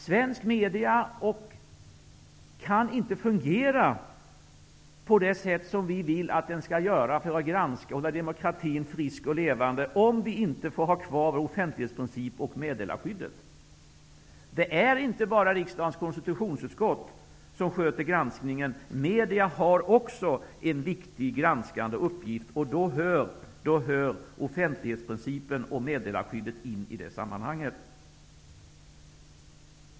Svenska medier kan inte fungera på det sätt som vi vill att de skall göra, för att granska och hålla demokratin frisk och levande, om vi inte får ha kvar offentlighetsprincipen och meddelarskyddet. Det är inte bara riksdagens konstitutionsutskott som sköter granskningen. Medierna har också en viktig granskande uppgift. Offentlighetsprincipen och meddelarskyddet hör hemma i det sammanhanget.